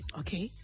okay